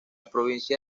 provincia